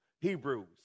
Hebrews